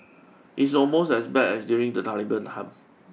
it's almost as bad as during the Taliban time